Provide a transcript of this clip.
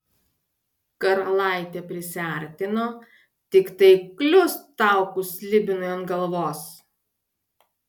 karalaitė prisiartino tiktai kliust taukus slibinui ant galvos